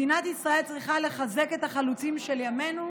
מדינת ישראל צריכה לחזק את החלוצים של ימינו,